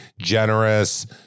Generous